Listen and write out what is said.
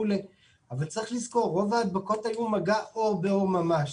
אבל צריך לזכור שרוב ההדבקות היו של מגע עור בעור ממש.